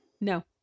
No